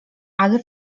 ale